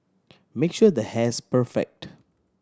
make sure the hair's perfect